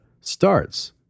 starts